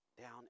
down